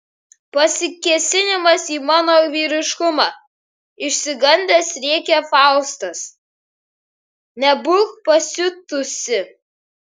pasikėsinimas į mano vyriškumą išsigandęs rėkia faustas nebūk pasiutusi